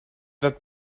that